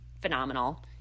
phenomenal